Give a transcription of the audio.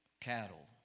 cattle